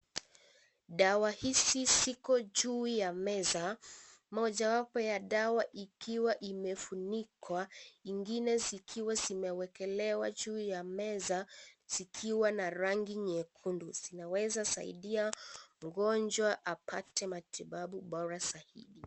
Dawa hizi ziko juu ya meza, mojawapo wa dawa ikiwa imefunikwa, ingine zikiwa zimewekelewa juu ya meza, zikiwa na rangi nyekundu. Zinaweza saidia mgonjwa apate matibabu bora zaidi.